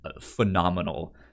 phenomenal